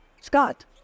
Scott